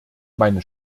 meine